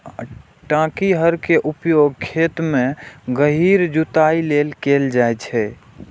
टांकी हर के उपयोग खेत मे गहींर जुताइ लेल कैल जाइ छै